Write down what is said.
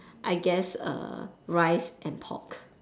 I guess rice and pork